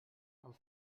tal